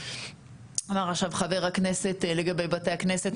אמר עכשיו חבר הכנסת לגבי בתי הכנסת,